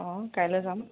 কাইলৈ যাম